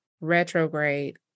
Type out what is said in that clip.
retrograde